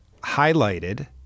highlighted